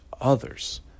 others